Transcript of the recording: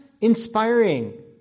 inspiring